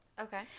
Okay